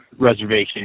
reservation